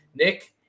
Nick